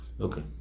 okay